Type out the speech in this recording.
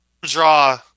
draw